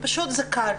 זה פשוט קל.